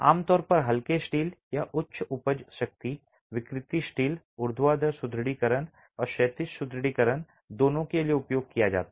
आमतौर पर हल्के स्टील या उच्च उपज शक्ति विकृति स्टील ऊर्ध्वाधर सुदृढीकरण और क्षैतिज सुदृढीकरण दोनों के लिए उपयोग किया जाता है